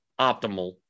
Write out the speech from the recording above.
optimal